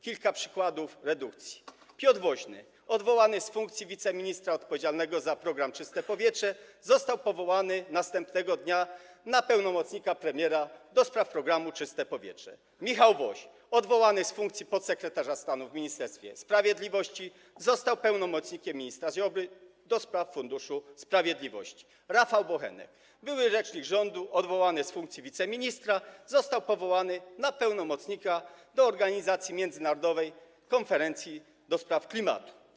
Kilka przykładów redukcji: Piotr Woźny, odwołany z funkcji wiceministra odpowiedzialnego za program „Czyste powietrze”, został powołany następnego dnia na pełnomocnika premiera do spraw programu „Czyste powietrze”; Michał Woś, odwołany z funkcji podsekretarza stanu w Ministerstwie Sprawiedliwości, został pełnomocnikiem ministra Ziobry do spraw Funduszu Sprawiedliwości; Rafał Bochenek, były rzecznik rządu odwołany z funkcji wiceministra, został powołany na pełnomocnika do organizacji międzynarodowej konferencji do spraw klimatu.